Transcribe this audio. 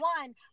one